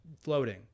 floating